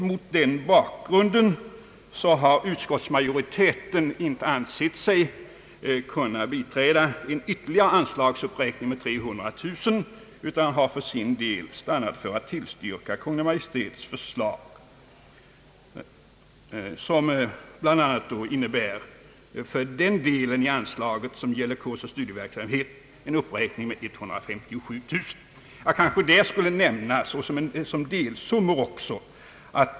Mot den bakgrunden har utskottsmajoriteten inte ansett sig kunna biträda en ytterligare anslagsuppräkning med 300 000 utan har för sin del stannat vid att tillstyrka Kungl. Maj:ts förslag som bl.a. innebär — för den del av anslaget som gäller kursoch studieverksamhet — en uppräkning med 157 000 kronor. Jag skall kanske här också nämna delsummorna.